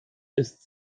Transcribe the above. ist